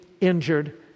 injured